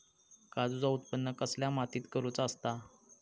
काजूचा उत्त्पन कसल्या मातीत करुचा असता?